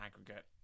aggregate